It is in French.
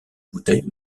bouteilles